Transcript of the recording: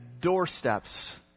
doorsteps